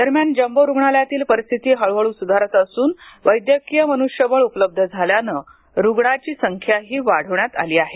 दरम्यान जम्बो रुग्णालयातील परिस्थिती हळूहळू सुधारत असून वैद्यकीय मनुष्यबळ उपलब्ध झाल्याने रुग्णांची संख्याही वाढवण्यात आली आहे